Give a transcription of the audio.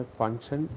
function